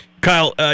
Kyle